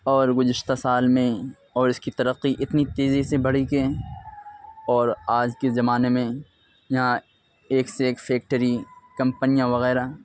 اور گزشتہ سال میں اور اس کی ترقّی اتنی تیزی سے بڑھی کہ اور آج کے زمانے میں یہاں ایک سے ایک فیکٹری کمپنیاں وغیرہ